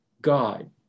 God